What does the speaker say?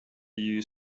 you